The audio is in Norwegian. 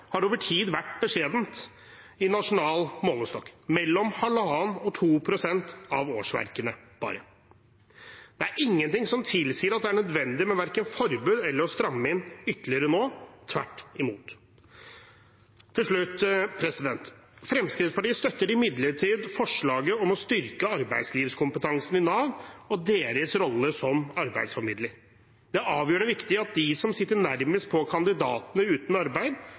har over tid vært beskjedent i nasjonal målestokk: bare mellom 1,5 og 2 pst. av årsverkene. Det er ingenting som tilsier at det er nødvendig verken med forbud eller å stramme inn ytterligere nå – tvert imot. Til slutt: Fremskrittspartiet støtter imidlertid forslaget om å styrke arbeidslivskompetansen i Nav og deres rolle som arbeidsformidler. Det er avgjørende viktig at de som sitter nærmest på kandidatene uten arbeid,